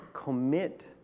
Commit